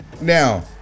Now